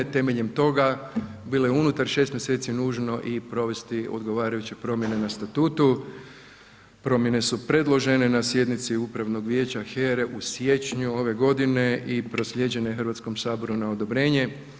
Temeljem toga bilo je unutar 6 mjeseci nužno i provesti odgovarajuće promjene na Statutu, promjene su predložene na sjednici Upravnog vijeća HERE u siječnju ove godine i proslijeđene Hrvatskom saboru na odobrenje.